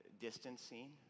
distancing